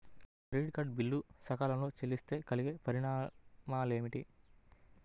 Credit card bill సకాలంలో చెల్లిస్తే కలిగే పరిణామాలేమిటి?